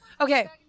okay